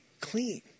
clean